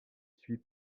suit